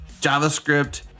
JavaScript